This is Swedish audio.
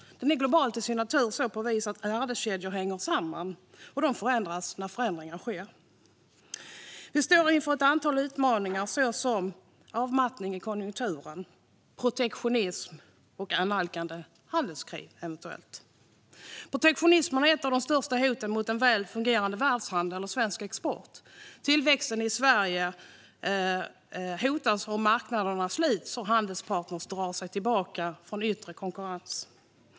Den är global till sin natur på så vis att värdekedjor hänger samman, och de påverkas när förändringar sker. Vi står inför ett antal utmaningar såsom avmattning i konjunkturen, protektionism och eventuellt ett annalkande handelskrig. Protektionismen är ett av de största hoten mot en väl fungerande världshandel och svensk export. Tillväxten i Sverige hotas om marknaderna sluts och handelspartner drar sig tillbaka från yttre konkurrens.